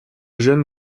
jeune